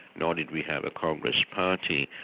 nor did we have a congress party,